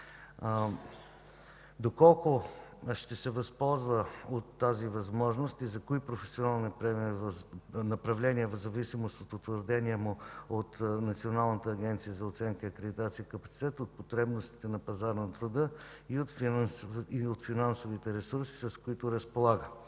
Доколко ще се възползва от тази възможност и за кои професионални направления, в зависимост от утвърдения му от Националната агенция за оценяване и акредитация капацитет, от потребностите на пазара на труда и от финансовите ресурси, с които разполага.